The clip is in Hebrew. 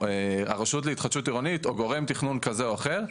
הרשות להתחדשות עירונית או גורם תכנון כזה או אחר,